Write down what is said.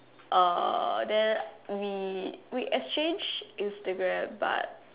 uh then we we exchange Instagram but